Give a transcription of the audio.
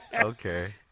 Okay